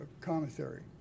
commissary